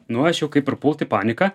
nu aš jau kaip ir pult į paniką